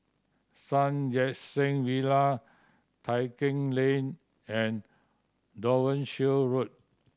Sun Yat Sen Villa Tai Keng Lane and Devonshire Road